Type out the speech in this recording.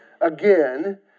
again